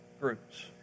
groups